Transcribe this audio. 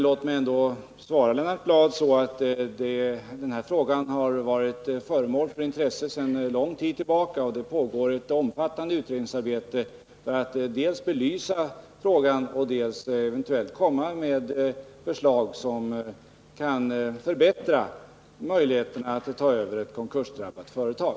Låt mig ändå svara Lennart Bladh att den här frågan varit föremål för intresse sedan lång tid tillbaka och att det pågår ett utredningsarbete för att dels belysa problemen, dels eventuellt komma med förslag för att förbättra möjligheterna att ta över konkursdrabbade företag.